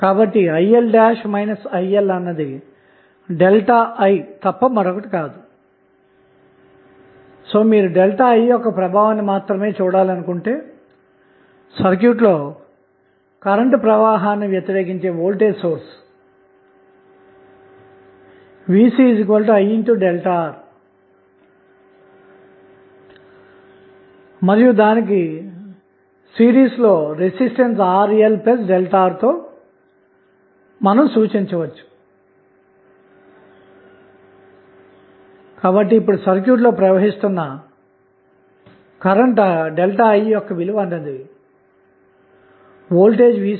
కాబట్టి మనకు సర్క్యూట్ లో ఒకే ఒక ఆధారితమైన డిపెండెంట్ వోల్టేజ్ సోర్స్ మాత్రమే మిగిలి ఉంది ఆపై టెర్మినల్ ab అంతటా సర్క్యూట్కు బాహ్యంగా 1 m A కరెంటు సోర్స్ ని మనము కనెక్ట్ చేసాము